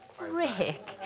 Rick